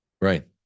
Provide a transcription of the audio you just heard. right